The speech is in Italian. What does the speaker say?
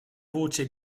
voce